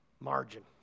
Margin